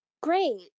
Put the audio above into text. Great